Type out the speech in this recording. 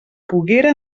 poguera